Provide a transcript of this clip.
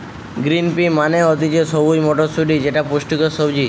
green pea মানে হতিছে সবুজ মটরশুটি যেটা পুষ্টিকর সবজি